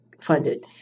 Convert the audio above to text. funded